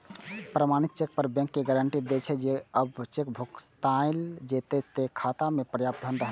प्रमाणित चेक पर bank guarantee दै छे, जे जब चेक भुनाएल जेतै, ते खाता मे पर्याप्त धन रहतै